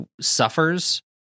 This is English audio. suffers